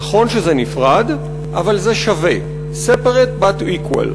נכון שזה נפרד, אבל זה שווה, separate but equal.